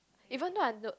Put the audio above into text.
even though I don't